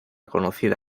conocida